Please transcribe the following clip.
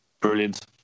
Brilliant